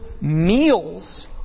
meals